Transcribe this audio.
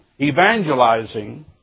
evangelizing